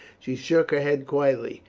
she shook her head quietly.